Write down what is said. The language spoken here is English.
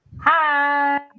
hi